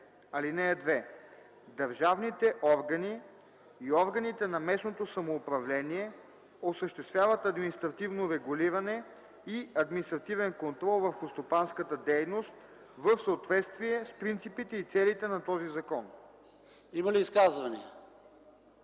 ал. 2: „(2) Държавните органи и органите на местното самоуправление осъществяват административно регулиране и административен контрол върху стопанската дейност в съответствие с принципите и целите на този закон.” ПРЕДСЕДАТЕЛ